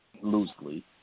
loosely